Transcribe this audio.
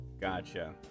gotcha